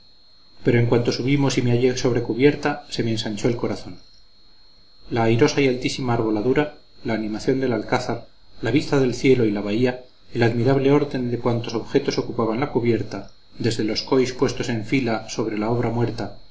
pero en cuanto subimos y me hallé sobre cubierta se me ensanchó el corazón la airosa y altísima arboladura la animación del alcázar la vista del cielo y la bahía el admirable orden de cuantos objetos ocupaban la cubierta desde los coys puestos en fila sobre la obra muerta